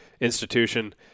institution